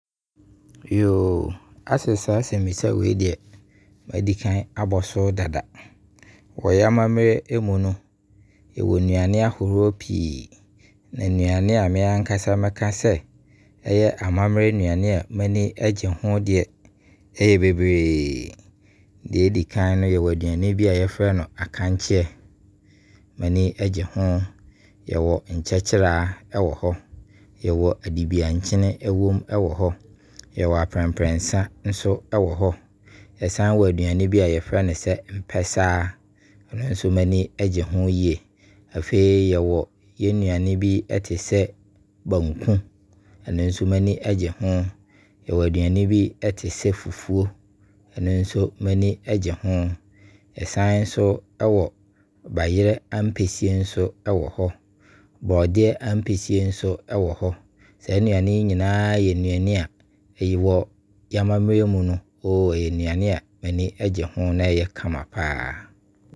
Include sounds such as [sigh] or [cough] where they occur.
[hesitation] asɛ saa asɛmmisa wei deɛ madi kan abɔ so dada. Wɔ yɛn amammerɛ mu no, yɛwɔ nnuane ahoroɔ pii Nnuane a me ankasa ɛyɛ amammerɛ nnuane m'ani gye ho deɛ yɛ bebree Deɛ ɛdi kan no yɛwɔ aduane bi a yɛfrɛ no Akankyeɛ, m'ani gye ho. Yɛwɔ Nky[kyeraa wɔ hɔ. Yɛwɔ Adibeankyene wom ɛwɔ hɔ. Yɛwɔ Aprɛprɛnsa nso ɛwɔ hɔ. Yɛsane wo aduane bi a yɛfrɛ no sɛ mpɛsaa, ɛno nso m'ani gye ho yie. Afei yɛwɔ nnuane bi te sɛ Banku, m'ani ɛgye ho. Yɛwɔ aduane bi ɛte sɛ fufuo, ɛno nso m'ani ɛgye ho Yɛ san nso ɛwɔ Bayerɛ ampesie nso wɔ hɔ, Borɔdeɛ ampesie nso ɛwɔ hɔ. Saa nnuane yi nyinaa yɛ nnuane a, wɔ yɛn amammerɛ mu no, [hesitation] ɛyɛ nnuane a m'ani gye ho a ɛyɛ kama paa.